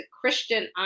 Christian